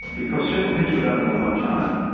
because several things were done at the one time.